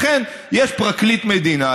לכן יש פרקליט מדינה,